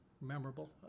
memorable